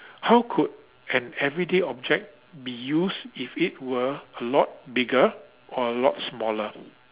how could an everyday object be used if it were a lot bigger or a lot smaller